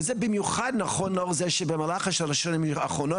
וזה במיוחד נכון לאור זה שבמהלך השלוש שנים האחרונות